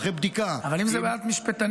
אחרי בדיקה --- אבל אם זאת בעיית משפטנים,